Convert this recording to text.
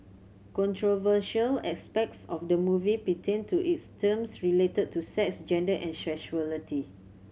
controversial aspects of the movie pertained to its themes related to sex gender and sexuality